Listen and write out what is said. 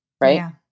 right